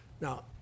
Now